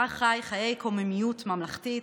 בה חי חיי קוממיות ממלכתית,